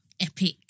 Epic